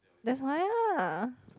that's why lah